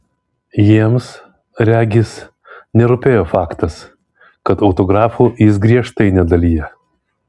jiems regis nerūpėjo faktas kad autografų jis griežtai nedalija